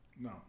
no